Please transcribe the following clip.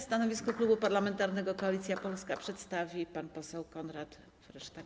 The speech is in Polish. Stanowisko Klubu Parlamentarnego Koalicja Polska przedstawi pan poseł Konrad Frysztak.